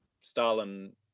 Stalin